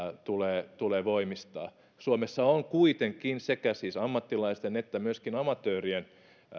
tulee voimistaa suomessa on kuitenkin sekä ammattilaisten että myöskin amatöörien